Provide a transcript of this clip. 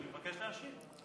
אני מבקש להשיב.